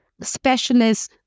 specialists